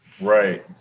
Right